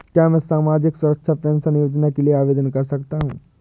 क्या मैं सामाजिक सुरक्षा पेंशन योजना के लिए आवेदन कर सकता हूँ?